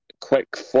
quick